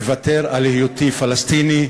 מוותר על היותי פלסטיני,